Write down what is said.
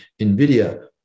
NVIDIA